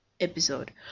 episode